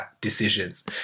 decisions